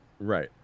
right